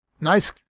Nice